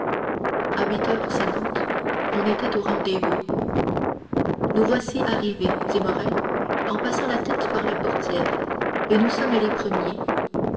à huit heures sonnantes on était au rendez-vous nous voici arrivés dit morrel en passant la tête par la portière et nous sommes les premiers